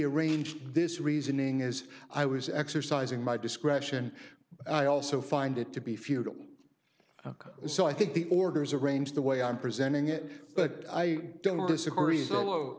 arranged this reasoning is i was exercising my discretion i also find it to be futile so i think the orders arranged the way i'm presenting it but i don't disagree solo